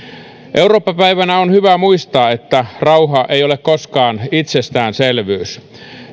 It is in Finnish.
eurooppa päivänä on hyvä muistaa että rauha ei ole koskaan itsestäänselvyys